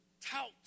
tout